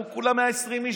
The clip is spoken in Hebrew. אנחנו כולה 120 איש,